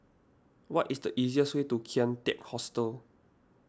what is the easiest way to Kian Teck Hostel